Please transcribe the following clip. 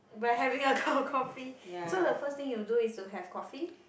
by having a cup of coffee so the first thing you do is to have coffee